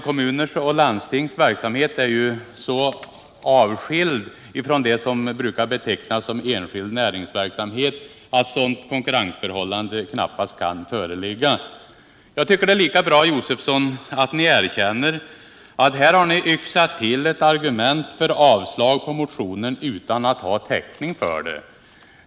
Kommuners och landstings verksamhet är ju så avskild från det som brukar betecknas som enskild näringsverksamhet att sådant konkurrensförhållande knappast kan föreligga. Jag tycker att det är lika bra, Stig Josefson, att ni erkänner att ni här har yxat till ett argument för avslag på motionen utan att ha täckning för det.